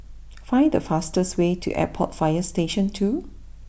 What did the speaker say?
find the fastest way to Airport fire Station two